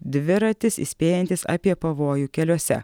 dviratis įspėjantis apie pavojų keliuose